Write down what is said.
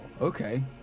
okay